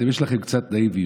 אתם, יש בכם קצת נאיביות.